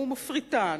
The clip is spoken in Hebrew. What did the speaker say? הוא מפריטן.